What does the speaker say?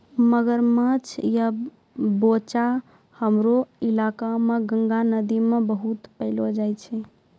मगरमच्छ या बोचो हमरो इलाका मॅ गंगा नदी मॅ बहुत पैलो जाय छै